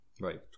right